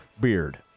Beard